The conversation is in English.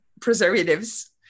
preservatives